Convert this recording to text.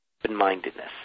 open-mindedness